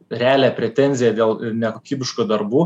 realią pretenziją dėl nekokybiškų darbų